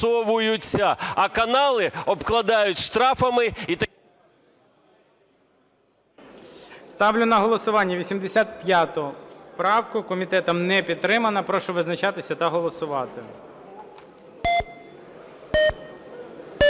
Ставлю на голосування 85 правку. Комітетом не підтримана. Прошу визначатися та голосувати.